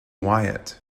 wyatt